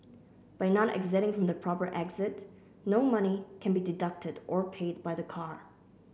by not exiting from the proper exit no money can be deducted or paid by the car